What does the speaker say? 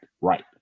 right